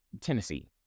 Tennessee